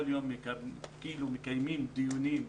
כל יום אנחנו מקיימים דיונים,